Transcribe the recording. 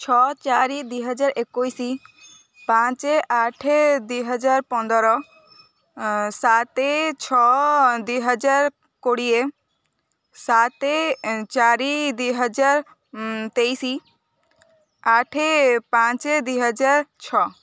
ଛଅ ଚାରି ଦୁଇ ହଜାର ଏକୋଇଶି ପାଞ୍ଚ ଆଠ ଦୁଇ ହଜାର ପନ୍ଦର ସାତ ଛଅ ଦୁଇ ହଜାର କୋଡ଼ିଏ ସାତ ଚାରି ଦୁଇ ହଜାର ତେଇଶି ଆଠ ପାଞ୍ଚ ଦୁଇ ହଜାର ଛଅ